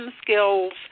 skills